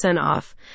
off